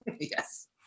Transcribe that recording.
Yes